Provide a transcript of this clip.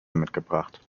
mitgebracht